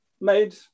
made